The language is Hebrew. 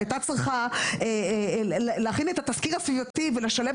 שהייתה צריכה להכין את התסקיר הסביבתי ולשלב